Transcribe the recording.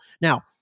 Now